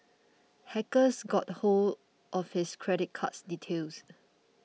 hackers got hold of his credit card details